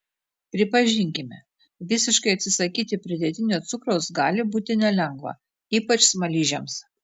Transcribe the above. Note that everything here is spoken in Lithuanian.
pripažinkime visiškai atsisakyti pridėtinio cukraus gali būti nelengva ypač smaližiams